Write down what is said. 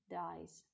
dies